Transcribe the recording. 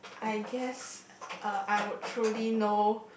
I guess uh I would truly know